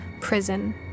prison